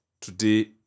today